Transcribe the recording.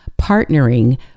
partnering